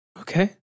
okay